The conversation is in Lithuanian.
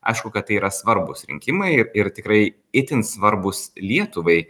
aišku kad tai yra svarbūs rinkimai ir tikrai itin svarbūs lietuvai